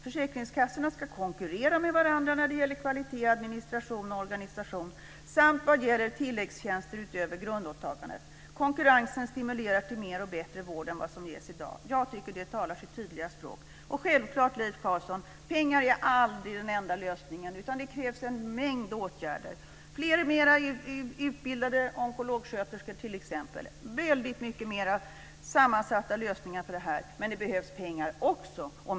Försäkringskassorna skall konkurrera med varandra när det gäller kvalitet, administration och organisation samt vad gäller tilläggstjänster utöver grundåtagandet. Konkurrensen stimulerar till mer och bättre vård än vad som ges i dag." Jag tycker att det talar sitt tydliga språk. Pengar är självfallet aldrig den enda lösningen, Leif Carlson, utan det krävs en mängd åtgärder. Det behövs fler och mer utbildade onkologsköterskor t.ex., och fler sammansatta lösningar. Men det behövs pengar också!